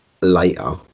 later